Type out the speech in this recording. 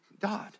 God